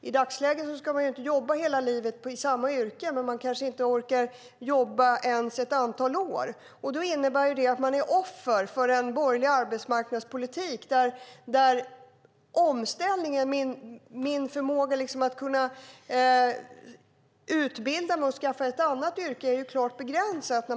I dagsläget ska man ju inte jobba hela livet i samma yrke, men man kanske inte orkar jobba ens ett antal år. Det innebär att man är offer för en borgerlig arbetsmarknadspolitik eftersom möjligheten att utbilda sig och skaffa ett annat yrke är klart begränsad.